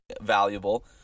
valuable